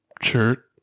shirt